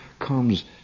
comes